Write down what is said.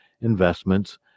investments